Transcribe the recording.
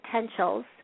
potentials